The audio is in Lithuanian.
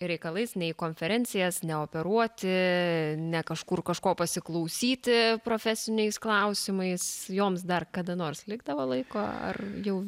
reikalais ne į konferencijas ne operuoti ne kažkur kažko pasiklausyti profesiniais klausimais joms dar kada nors likdavo laiko ar jau